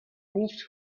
wolfed